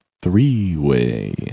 three-way